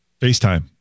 facetime